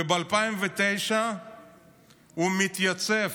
וב-2009 הוא מתייצב